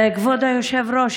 כבוד היושב-ראש,